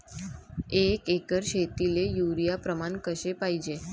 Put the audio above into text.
एक एकर शेतीले युरिया प्रमान कसे पाहिजे?